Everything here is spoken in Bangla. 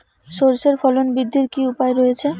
সর্ষের ফলন বৃদ্ধির কি উপায় রয়েছে?